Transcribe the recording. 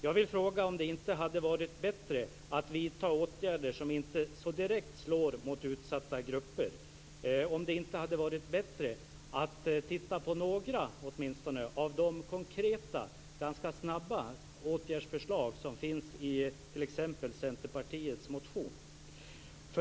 Jag vill fråga om det inte hade varit bättre att vidta åtgärder som inte så direkt slår mot utsatta grupper. Hade det inte varit bättre att titta på åtminstone några av de konkreta ganska snabba åtgärdsförslag som finns i t.ex. Centerpartiets motion?